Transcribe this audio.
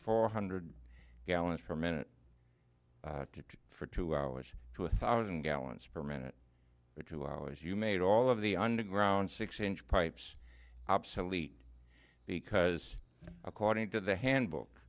four hundred gallons per minute for two hours to a thousand gallons per minute or two hours you made all of the underground six inch pipes obsolete because according to the handbook